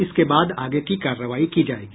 इसके बाद आगे की कार्रवाई की जायेगी